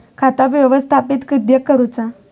खाता व्यवस्थापित किद्यक करुचा?